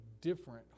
different